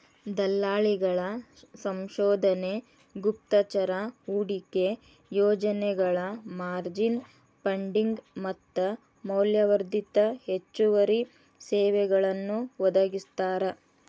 ದಲ್ಲಾಳಿಗಳ ಸಂಶೋಧನೆ ಗುಪ್ತಚರ ಹೂಡಿಕೆ ಯೋಜನೆಗಳ ಮಾರ್ಜಿನ್ ಫಂಡಿಂಗ್ ಮತ್ತ ಮೌಲ್ಯವರ್ಧಿತ ಹೆಚ್ಚುವರಿ ಸೇವೆಗಳನ್ನೂ ಒದಗಿಸ್ತಾರ